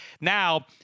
Now